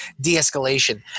de-escalation